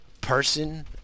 person